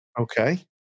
Okay